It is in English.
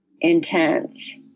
intense